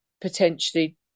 potentially